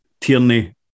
Tierney